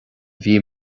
bhí